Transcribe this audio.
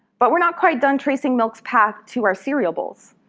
but we're not quite done tracing milk's path to our cereal bowls.